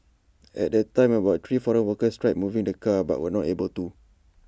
at the time about three foreign workers tried moving the car but were not able to